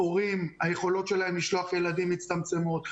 היכולות של ההורים לשלוח ילדים מצטמצמות.